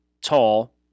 tall